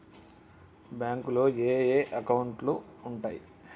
బ్యాంకులో ఏయే అకౌంట్లు ఉంటయ్?